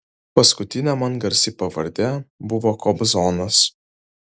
paskutinė man garsi pavardė buvo kobzonas